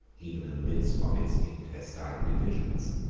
even in the midst of its intestine divisions.